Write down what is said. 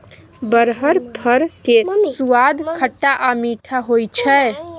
बरहर फल केर सुआद खट्टा आ मीठ होइ छै